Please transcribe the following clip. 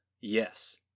Yes